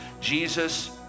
Jesus